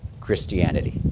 Christianity